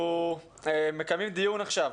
אנחנו מקיימים דיון עכשיו,